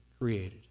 created